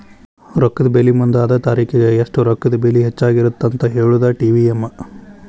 ರೊಕ್ಕದ ಬೆಲಿ ಮುಂದ ಅದ ತಾರಿಖಿಗಿ ಎಷ್ಟ ರೊಕ್ಕದ ಬೆಲಿ ಹೆಚ್ಚಾಗಿರತ್ತಂತ ಹೇಳುದಾ ಟಿ.ವಿ.ಎಂ